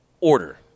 order